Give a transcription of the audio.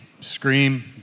scream